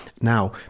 Now